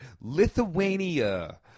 Lithuania